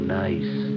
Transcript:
nice